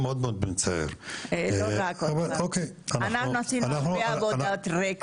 אנחנו עשינו הרבה עבודת רקע.